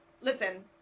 Listen